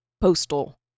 postal